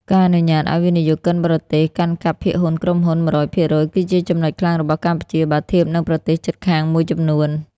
ការអនុញ្ញាតឱ្យវិនិយោគិនបរទេសកាន់កាប់ភាគហ៊ុនក្រុមហ៊ុន ១០០% គឺជាចំណុចខ្លាំងរបស់កម្ពុជាបើធៀបនឹងប្រទេសជិតខាងមួយចំនួន។